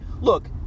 look